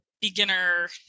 beginner